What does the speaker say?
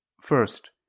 First